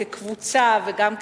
כקבוצה וגם כיחידה,